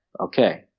Okay